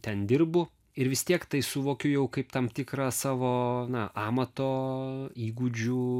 ten dirbu ir vis tiek tai suvokiu kaip tam tikrą savo amato įgūdžių